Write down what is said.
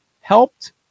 helped